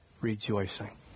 rejoicing